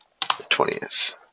20th